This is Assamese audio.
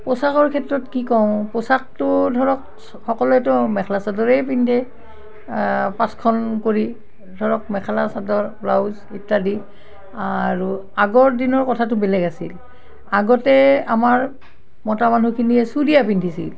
পোচাকৰ ক্ষেত্ৰত কি কওঁ পোচাকটো ধৰক সকলোৱেতো মেখলা চাদৰেই পিন্ধে পাঁচখন কৰি ধৰক মেখেলা চাদৰ ব্লাউজ ইত্যাদি আৰু আগৰ দিনৰ কথাটো বেলেগ আছিল আগতে আমাৰ মতা মানুহখিনিয়ে চুৰিয়া পিন্ধিছিল